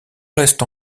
reste